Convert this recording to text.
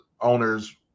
owners